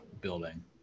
building